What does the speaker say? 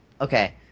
Okay